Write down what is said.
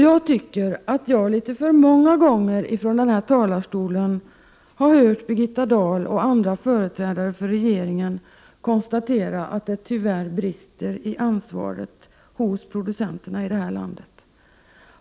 Jag tycker att jag litet för många gånger från kammarens talarstol har hört Birgitta Dahl och andra företrädare för regeringen konstatera att det tyvärr brister i ansvar hos producenterna här i landet.